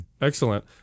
Excellent